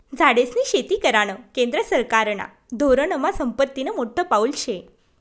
झाडेस्नी शेती करानं केंद्र सरकारना धोरनमा संपत्तीनं मोठं पाऊल शे